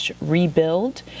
rebuild